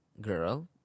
girl